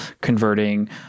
converting